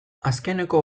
azkeneko